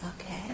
Okay